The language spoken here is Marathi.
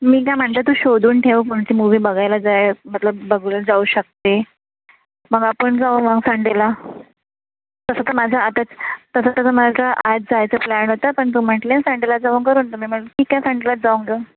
मी काय म्हणते तू शोधून ठेव कोणती मूव्ही बघायला जाय मतलब बघायला जाऊ शकते मग आपण जाऊ मग संडेला तसं तर माझं आता तसं तर माझं आज जायचं प्लॅन होतं पण तू म्हटली ना संडेला जाऊ करून तर मी म्हटलं ठीक आहे संडेला जाऊ म्हणून